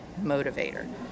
motivator